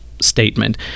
statement